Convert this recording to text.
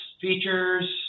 features